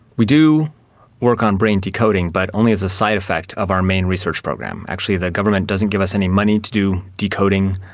we do work on brain decoding but only as a side effect of our main research program. actually the government doesn't give us any money to do decoding.